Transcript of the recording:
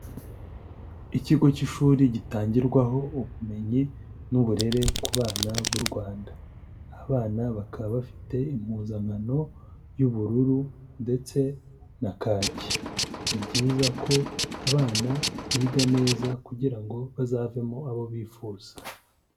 Ikigo k'ishuri gitangirwaho ubumenyi n'uburere ku bana b'u Rwanda, abana bakaba bafite impuzankano y'ubururu ndetse na kaki, ni byiza ko abana biga neza kugira ngo bazavemo abo bifuza.